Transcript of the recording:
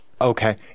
Okay